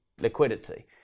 liquidity